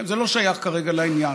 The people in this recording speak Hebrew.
זה לא שייך כרגע לעניין.